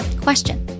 question